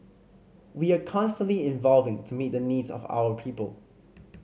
we are constantly evolving to meet the needs of our people